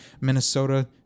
Minnesota